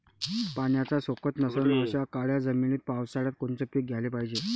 पाण्याचा सोकत नसन अशा काळ्या जमिनीत पावसाळ्यात कोनचं पीक घ्याले पायजे?